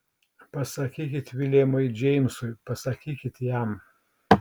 pasakykit viljamui džeimsui pasakykit jam